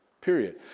Period